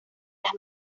las